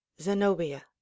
zenobia